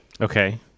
Okay